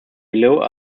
below